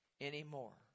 anymore